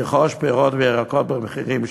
לרכוש פירות וירקות במחירים שפויים.